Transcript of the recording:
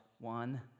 one